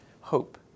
hope